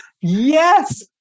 Yes